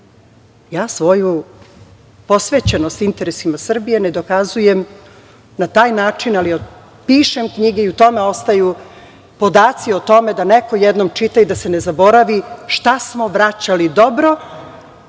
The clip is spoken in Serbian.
Svoju posvećenost interesima Srbije ne dokazujem na taj način, ali pišem knjige i u tome ostaju podaci o tome da neko jedno čita i da se ne zabravi šta smo vraćali dobro,